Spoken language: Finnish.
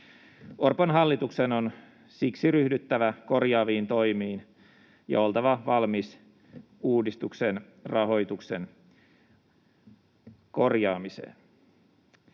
Orpon hallituksen on siksi ryhdyttävä korjaaviin toimiin ja oltava valmis uudistuksen rahoituksen korjaamiseen.